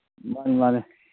ꯃꯥꯅꯦ ꯃꯥꯅꯦ